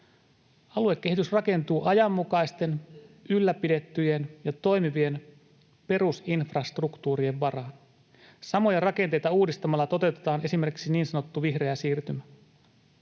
Aluekehitys rakentuu ajanmukaisten, ylläpidettyjen ja toimivien perusinfrastruktuurien varaan. Samoja rakenteita uudistamalla toteutetaan esimerkiksi niin sanottu vihreä siirtymä.